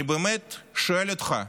אני באמת שואל אותך,